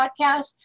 Podcast